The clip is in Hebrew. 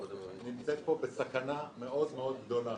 נמצאת פה בסכנה מאוד מאוד גדולה.